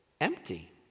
empty